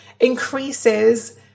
increases